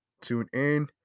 TuneIn